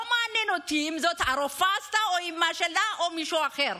לא מעניין אותי אם זאת הרופאה עשתה או אימא שלה או מישהו אחר.